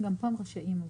גם פה הם רשאים אבל.